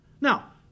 Now